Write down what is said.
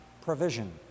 provision